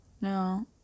No